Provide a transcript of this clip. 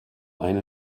eine